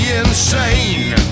insane